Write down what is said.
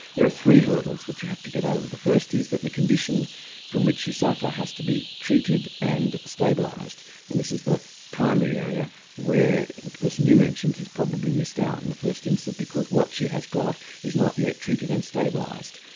there are three hurdles that you have to get over. the first is that the condition from which you suffer has to be treated and stabilised and this is the primary area where the person you mentioned has probably missed out in the first instance because what she has got is not yet treated and stabilised.